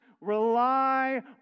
rely